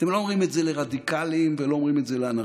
אתם לא אומרים את זה לרדיקלים ולא אומרים את זה לאנרכיסטים,